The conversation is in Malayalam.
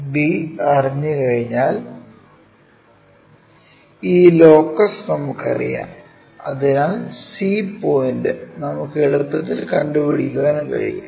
b അറിഞ്ഞുകഴിഞ്ഞാൽ ഈ ലോക്കസ് നമുക്കറിയാം അതിനാൽ c പോയിന്റ് നമുക്ക് എളുപ്പത്തിൽ കണ്ടു പിടിക്കാൻ കഴിയും